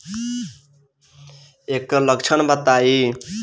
ऐकर लक्षण बताई?